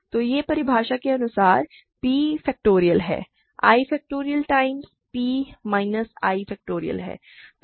तो यह परिभाषा के अनुसार p फैक्टोरियल है i factorial times p minus i factorial है